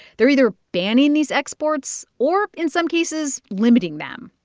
they're either banning these exports or, in some cases, limiting them.